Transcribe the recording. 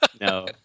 No